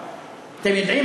אתם יודעים,